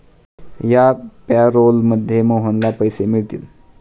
या पॅरोलमध्ये मोहनला पैसे मिळतील